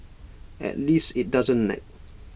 at least IT doesn't nag